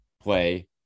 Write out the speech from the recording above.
play